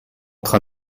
train